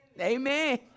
Amen